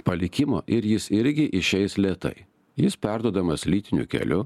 palikimo ir jis irgi išeis lėtai jis perduodamas lytiniu keliu